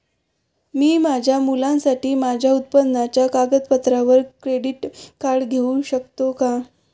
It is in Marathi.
मी माझ्या मुलासाठी माझ्या उत्पन्नाच्या कागदपत्रांवर क्रेडिट कार्ड घेऊ शकतो का?